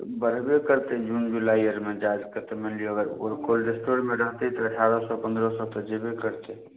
तऽ बढ़बे करतै जून जुलाई अरमे जा कऽ तऽ मानि लिऽ अगर कोनो कोल्ड स्टोर मे रहतै तऽ अठारह सए पन्द्रह सए तऽ जेबे करतै